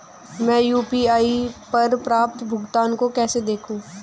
मैं यू.पी.आई पर प्राप्त भुगतान को कैसे देखूं?